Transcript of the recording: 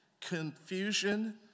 confusion